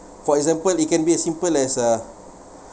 for example it can be as simple as a